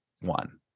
one